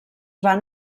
van